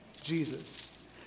Jesus